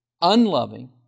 unloving